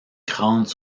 crânes